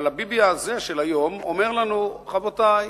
והביבי הזה, של היום, אומר לנו: רבותי,